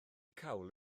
cawl